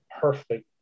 perfect